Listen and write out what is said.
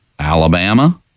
Alabama